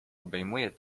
obejmuję